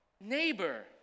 neighbor